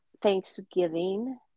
thanksgiving